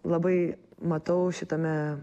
labai matau šitame